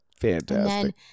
fantastic